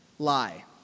lie